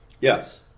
Yes